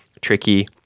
tricky